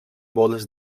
boles